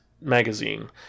magazine